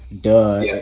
duh